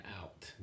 out